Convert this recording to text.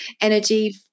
energy